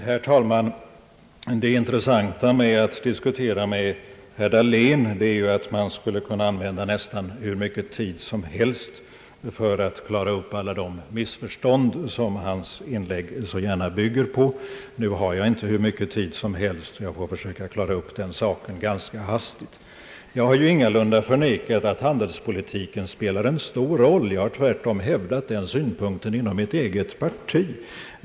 Herr talman! Det intressanta med att diskutera med herr Dahlén är att man skulle kunna använda nästan hur mycket tid som helst för att klara upp alla de missförstånd som hans inlägg så gärna bygger på. Tyvärr har jag inte hur mycket tid som helst, och därför får jag försöka klara upp saken ganska hastigt. Jag har ingalunda förnekat att handelspolitiken spelar en stor roll. Jag har tvärtom hävdat den synpunkten inom mitt eget parti.